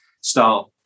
start